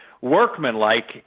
Workmanlike